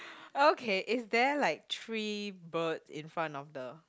okay is there like three birds in front of the